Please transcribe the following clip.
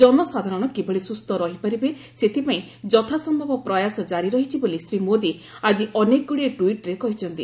ଜନସାଧାରଣ କିଭଳି ସୁସ୍ଥ ରହିପାରିବେ ସେଥିପାଇଁ ଯଥା ସମ୍ଭବ ପ୍ରୟାସ ଜାରି ରହିଛି ବୋଲି ଶ୍ରୀ ମୋଦୀ ଆଜି ଅନେକଗୁଡ଼ିଏ ଟ୍ୱିଟ୍ରେ କହିଛନ୍ତି